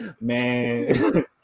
Man